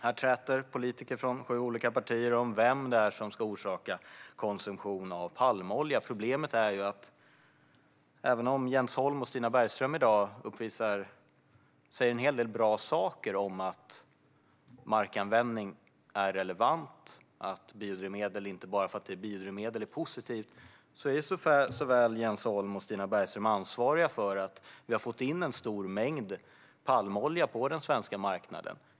Här träter politiker från sju olika partier om vem det är som orsakar konsumtion av palmolja. Problemet är: Även om Jens Holm och Stina Bergström i dag säger en hel del bra saker om att markanvändning är relevant och att biodrivmedel är positivt inte bara för att det är biodrivmedel är Jens Holm och Stina Bergström ansvariga för att vi har fått in en stor mängd palmolja på den svenska marknaden.